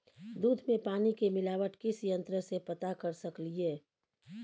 दूध में पानी के मिलावट किस यंत्र से पता कर सकलिए?